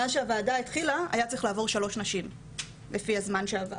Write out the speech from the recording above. מאז שהוועדה התחילה היה צריך לעבור שלוש נשים לפי הזמן שעבר.